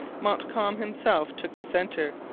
montcalm himself took the centre,